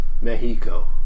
Mexico